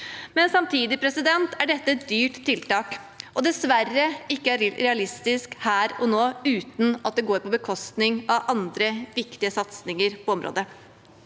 Samtidig er dette et dyrt tiltak og dessverre ikke realistisk her og nå uten at det går på bekostning av andre viktige satsinger på området.